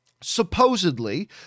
supposedly